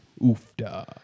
Oofda